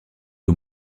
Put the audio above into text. aux